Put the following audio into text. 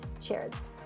Cheers